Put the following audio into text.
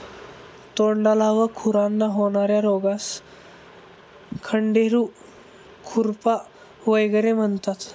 तोंडाला व खुरांना होणार्या रोगास खंडेरू, खुरपा वगैरे म्हणतात